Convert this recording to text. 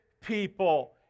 people